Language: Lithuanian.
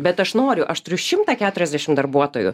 bet aš noriu aš turiu šimtą keturiasdešim darbuotojų